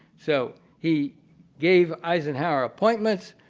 so, he gave eisenhower appointments,